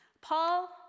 Paul